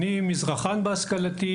אני מזרחן בהשכלתי,